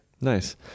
nice